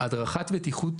הדרכת בטיחות,